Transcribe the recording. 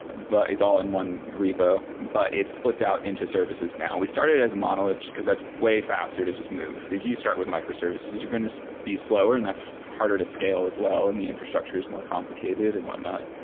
but it's all in one repo, but it splits out into services now. we started as monoliths just because that's way faster to just move. if you start with microservices, you're going to be slower and that's harder to scale as well and the infrastructure is more complicated and whatnot.